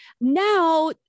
now